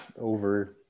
over